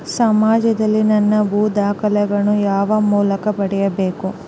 ಸಮಾಜದಲ್ಲಿ ನನ್ನ ಭೂ ದಾಖಲೆಗಳನ್ನು ಯಾವ ಮೂಲಕ ಪಡೆಯಬೇಕು?